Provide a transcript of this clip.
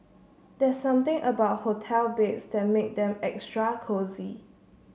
there's something about hotel beds that make them extra cosy